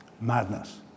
Madness